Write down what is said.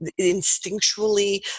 instinctually